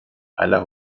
aller